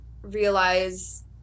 realize